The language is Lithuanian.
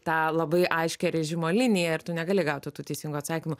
tą labai aiškią režimo liniją ir tu negali gauti tų teisingų atsakymų